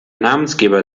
namensgeber